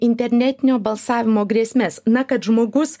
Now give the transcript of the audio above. internetinio balsavimo grėsmes na kad žmogus